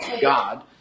God